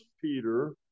Peter